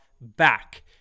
back